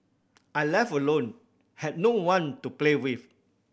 I left alone had no one to play with